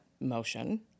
motion